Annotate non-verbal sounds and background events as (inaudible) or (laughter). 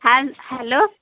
(unintelligible) hello